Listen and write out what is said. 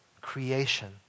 creation